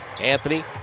Anthony